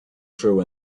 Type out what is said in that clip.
true